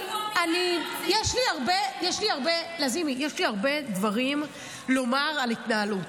יש לי הרבה דברים לומר על ההתנהלות,